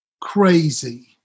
crazy